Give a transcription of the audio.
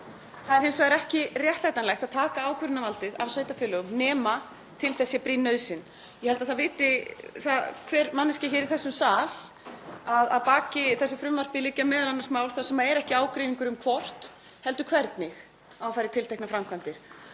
Það er hins vegar ekki réttlætanlegt að taka ákvörðunarvaldið af sveitarfélögum nema til þess sé brýn nauðsyn. Ég held að það viti það hver manneskja hér í þessum sal að að baki þessu frumvarpi liggja m.a. mál þar sem ekki er ágreiningur um hvort heldur hvernig eigi að fara í tilteknar framkvæmdir.